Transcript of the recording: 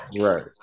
right